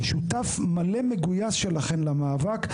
כשותף מלא מגויס שלכם למאבק,